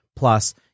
Plus